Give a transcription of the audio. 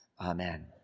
amen